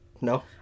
No